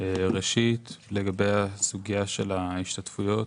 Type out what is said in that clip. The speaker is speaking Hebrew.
ראשית, לגבי הסוגיה של ההשתתפויות,